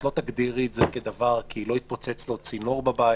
לא התפוצץ להם צינור בבית,